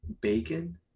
bacon